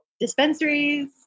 dispensaries